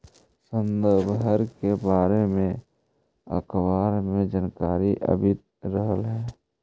संदर्भ दर के बारे में अखबार में जानकारी आवित रह हइ